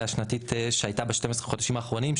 השנתית שהייתה ב-12 החודשים האחרונים,